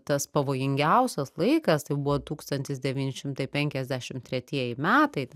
tas pavojingiausias laikas tai buvo tūkstantis devyni šimtai penkiasdešim tretieji metai